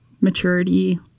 maturity